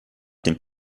dem